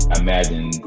imagine